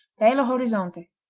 bello horizonte.